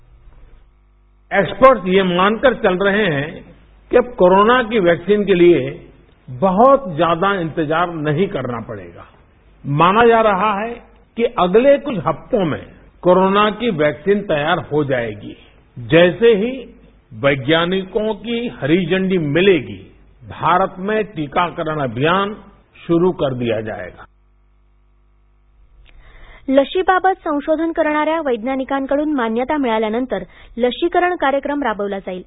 ध्वनी एक्स्पर्ट ए मानकर चल रहे है के कोरोना की वॅक्सीन के लिये बहोत ज्यादा इंतजार नही करना पडेगा माना जा रहा है के अगले कुछ हफ्तो में कोरोना की वॅक्सीन तयार हो जायेगी जैसे हि वैज्ञानिको को हरी झंडी मिलेगी भारत में टीकाकरन अभियान शुरू कर दिया जायेगा लशीबाबत संशोधन करणाऱ्या वैज्ञानिकाकडून मान्यता मिळाल्यानंतर लशीकरण कार्यक्रम राबविला जाईल